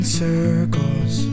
circles